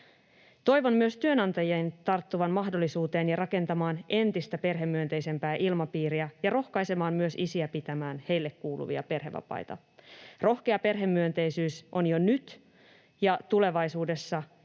Toivon myös työnantajien tarttuvan mahdollisuuteen ja rakentavan entistä perhemyönteisempää ilmapiiriä ja rohkaisevan myös isiä pitämään heille kuuluvia perhevapaita. Rohkea perhemyönteisyys on jo nyt ja tulevaisuudessa